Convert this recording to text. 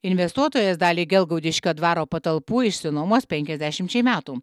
investuotojas dalį gelgaudiškio dvaro patalpų išsinuomos penkiasdešimčiai metų